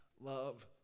love